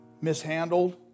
mishandled